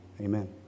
Amen